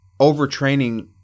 Overtraining